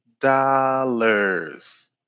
dollars